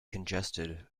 congested